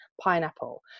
pineapple